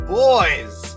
boys